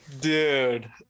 Dude